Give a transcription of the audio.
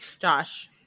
Josh